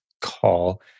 call